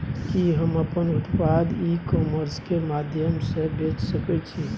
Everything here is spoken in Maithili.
कि हम अपन उत्पाद ई कॉमर्स के माध्यम से बेच सकै छी?